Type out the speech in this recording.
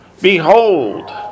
Behold